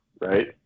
Right